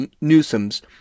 Newsom's